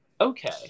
Okay